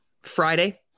Friday